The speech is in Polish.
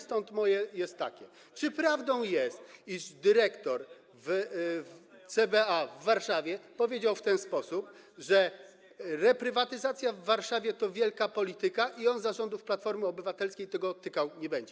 Stąd moje pytanie jest takie: Czy prawdą jest, iż dyrektor CBA w Warszawie powiedział w ten sposób: że reprywatyzacja w Warszawie to wielka polityka i on za rządów Platformy Obywatelskiej tego tykał nie będzie?